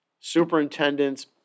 superintendents